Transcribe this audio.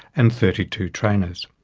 and thirty two trainers.